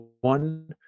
one